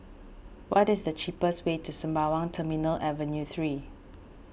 what is the cheapest way to Sembawang Terminal Avenue three